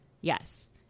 Yes